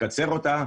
לקצר אותה.